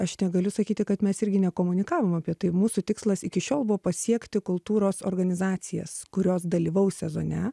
aš negaliu sakyti kad mes irgi nekomunikavom apie tai mūsų tikslas iki šiol buvo pasiekti kultūros organizacijas kurios dalyvaus sezone